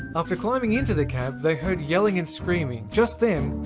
after climbing into the cab, they heard yelling and screaming. just then,